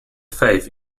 faith